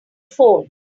phone